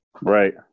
Right